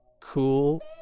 Cool